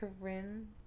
Corinne